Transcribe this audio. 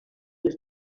les